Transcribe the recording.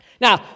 Now